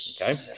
okay